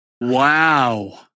Wow